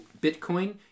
Bitcoin